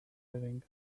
living